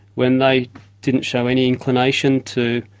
when they didn't show any inclination to,